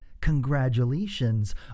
Congratulations